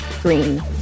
Green